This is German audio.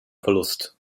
verlust